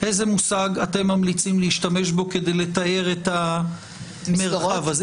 איזה מושג אתם ממליצים להשתמש בו כדי לתאר את המרחב הזה?